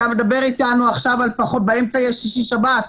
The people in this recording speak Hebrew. באמצע יש שישי-שבת,